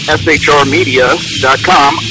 shrmedia.com